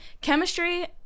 Chemistry